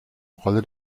rolle